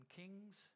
kings